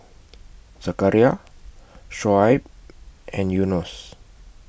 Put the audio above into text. Zakaria Shoaib and Yunos